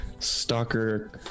stalker